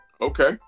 Okay